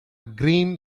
green